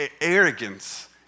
arrogance